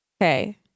Okay